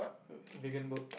err Vegan Burg